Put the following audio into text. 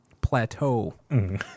plateau